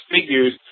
figures